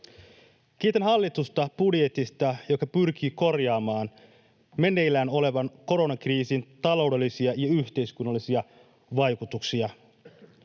Kiitän hallitusta budjetista, joka pyrkii korjaamaan meneillään olevan koronakriisin taloudellisia ja yhteiskunnallisia vaikutuksia.